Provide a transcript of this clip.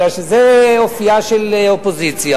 כי זה אופיה של האופוזיציה,